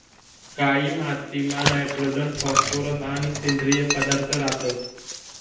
कायी मातीमा nitrogen phosphorus आणि सेंद्रिय पदार्थ रातंस